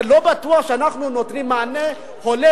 אבל לא בטוח שאנחנו נותנים מענה הולם,